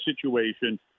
situation